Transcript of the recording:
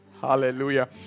Hallelujah